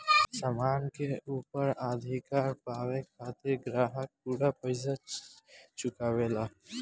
सामान के ऊपर अधिकार पावे खातिर ग्राहक पूरा पइसा चुकावेलन